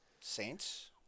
Saints